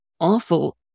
awful